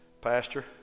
Pastor